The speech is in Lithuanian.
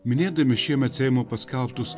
minėdami šiemet seimo paskelbtus